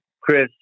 Chris